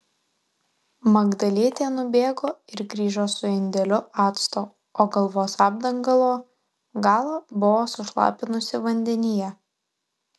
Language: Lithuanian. magdalietė nubėgo ir grįžo su indeliu acto o galvos apdangalo galą buvo sušlapinusi vandenyje